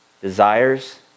desires